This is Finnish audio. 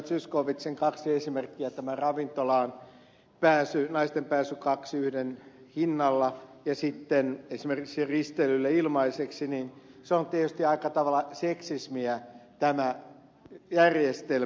zyskowiczin kaksi esimerkkiä tämä ravintolaan naisten pääsy kaksi yhden hinnalla ja sitten esimerkiksi risteilylle ilmaiseksi ovat tietysti aika tavalla seksismiä tämä järjestelmä